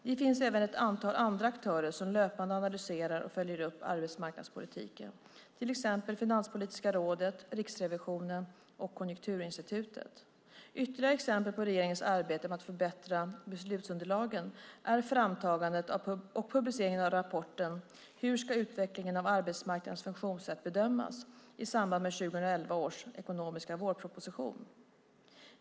Det finns även ett antal andra aktörer som löpande analyserar och följer upp arbetsmarknadspolitiken, till exempel Finanspolitiska rådet, Riksrevisionen och Konjunkturinstitutet. Ytterligare exempel på regeringens arbete med att förbättra beslutsunderlagen är framtagandet och publiceringen av rapporten Hur ska utvecklingen av arbetsmarknadens funktionssätt bedömas? i samband med 2011 års ekonomiska vårproposition.